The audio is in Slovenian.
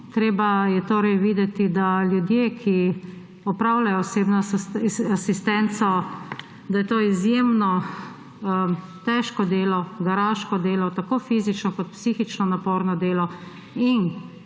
Treba je torej videti, da ljudje, ki opravljajo osebno asistenco, opravljajo izjemno težko delo, garaško delo, tako fizično kot psihično naporno delo.